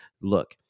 Look